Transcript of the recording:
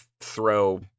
throw